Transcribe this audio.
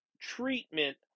treatment